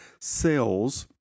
cells